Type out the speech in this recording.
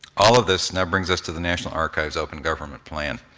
all of this now brings us to the national archives' open government plan.